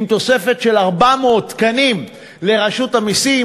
עם תוספת של 400 תקנים לרשות המסים,